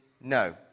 no